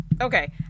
Okay